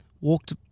walked